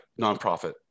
nonprofit